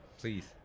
Please